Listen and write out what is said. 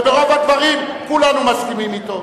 וברוב הדברים כולנו מסכימים אתו.